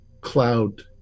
cloud